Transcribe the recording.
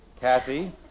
Kathy